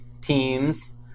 teams